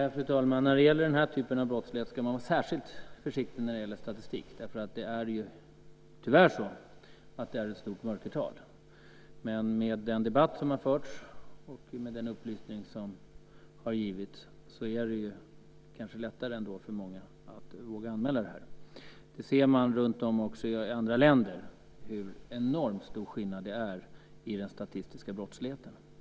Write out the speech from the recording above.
Fru talman! När det gäller den här typen av brottslighet ska man vara särskilt försiktig med statistiken, för det finns, tyvärr, ett stort mörkertal. Men med den debatt som förts och med den upplysning som givits är det kanske lättare nu för många att våga göra en anmälan. Runtom i andra länder kan man se vilken enormt stor skillnad det är i fråga om den statistiska brottsligheten.